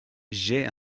j’ai